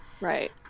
right